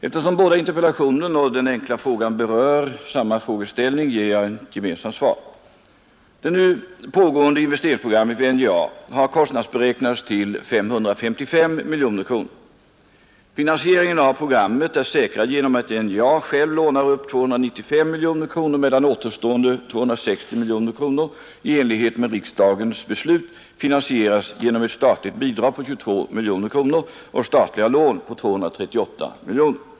Eftersom både interpellationen och den enkla frågan berör samma frågeställning ger jag ett gemensamt svar. Det nu pågående investeringsprogrammet vid NJA har kostnadsberäknats till 555 miljoner kronor. Finansieringen av programmet är säkrad genom att NJA själv lånar upp 295 miljoner kronor medan återstående 260 miljoner kronor i enlighet med riksdagens beslut finansieras genom ett statligt bidrag på 22 miljoner kronor och statliga lån på 238 miljoner kronor.